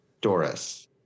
Doris